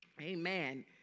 Amen